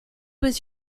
was